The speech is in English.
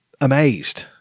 amazed